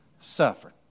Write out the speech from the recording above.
suffered